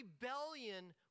rebellion